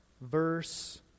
verse